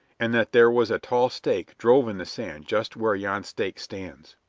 and that there was a tall stake drove in the sand just where yon stake stands.